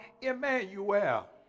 Emmanuel